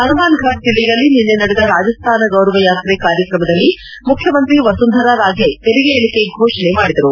ಹನುಮಾನ್ಫರ್ ಜಿಲ್ಲೆಯಲ್ಲಿ ನಿನ್ನೆ ನಡೆದ ರಾಜಸ್ತಾನ ಗೌರವಯಾತ್ರೆ ಕಾರ್ಯಕ್ರಮದಲ್ಲಿ ಮುಖ್ಯಮಂತ್ರಿ ವಸುಂಧರಾ ರಾಜೆ ತೆರಿಗೆ ಇಳಿಕೆ ಘೋಷಣೆ ಮಾಡಿದರು